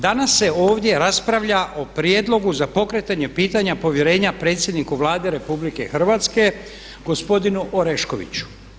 Danas se ovdje raspravlja o prijedlogu za pokretanje pitanja povjerenja predsjedniku Vlade RH, gospodinu Oreškoviću.